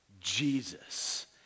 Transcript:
Jesus